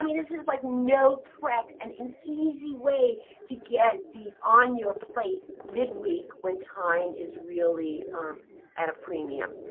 i mean is is like no prep and an easy way to get these on your plate midweek when time is really at a premium.